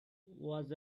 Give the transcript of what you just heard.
was